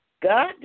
God